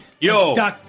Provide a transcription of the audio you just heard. Yo